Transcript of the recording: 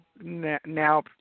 Now